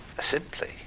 simply